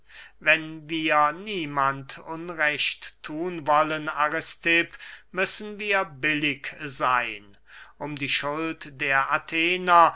wenn wir niemand unrecht thun wollen aristipp müssen wir billig seyn um die schuld der athener